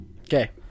Okay